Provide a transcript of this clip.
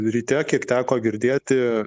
ryte kiek teko girdėti